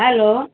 hello